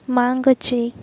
मागचे